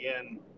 again